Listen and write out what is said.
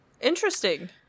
Interesting